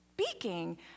speaking